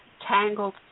tangled